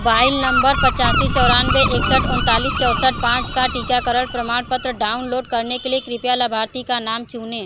mobile number पचासी चौरानवे एकसठ उनतालीस चौसठ पाँच का टीकाकरण प्रमाणपत्र डाउनलोड करने के लिए कृपया लाभार्थी का नाम चुनें